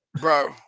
Bro